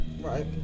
Right